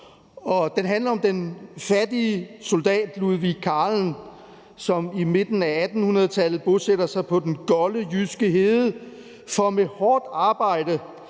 Den handler om den fattige soldat Ludwig van Kahlen, som i midten af 1700-tallet bosætter sig på den golde jyske hede for med hårdt arbejde